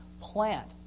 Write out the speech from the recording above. plant